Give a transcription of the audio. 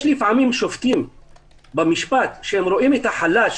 לפעמים שופטים במשפט שרואים את החלש